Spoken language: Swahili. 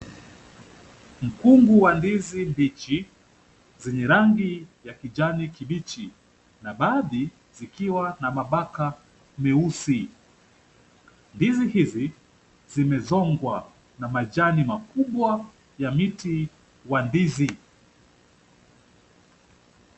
Mkungu wa ndizi mbichi zenye rangi ya kijani kibichi na baadhi zikiwa na mabaka meusi. Ndizi hizi zimezongwa na majani makubwa ya miti ya ndizi.